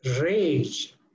rage